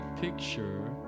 picture